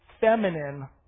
feminine